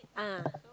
ah